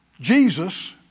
Jesus